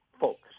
folks